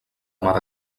mare